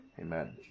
amen